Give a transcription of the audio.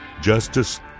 justice